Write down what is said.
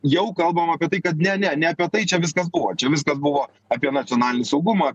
jau kalbam apie tai kad ne ne ne apie tai čia viskas buvo čia viskas buvo apie nacionalinį saugumą